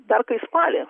dar kai spalį